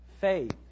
faith